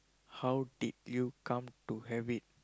how did you come to have it